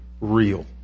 real